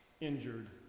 injured